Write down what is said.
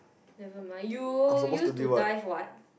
never mind you used to dive what